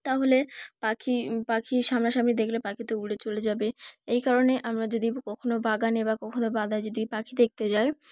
তাহলে পাখি পাখি সামনা সামনি দেখলে পাখি তো উড়ে চলে যাবে এই কারণে আমরা যদি কখনও বাগানে বা কখনও বাদায় যদি পাখি দেখতে যাই